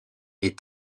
est